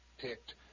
Picked